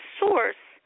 source